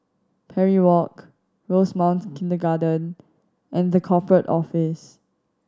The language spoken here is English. Parry Walk Rosemount Kindergarten and The Corporate Office